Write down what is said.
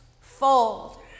Fold